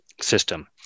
system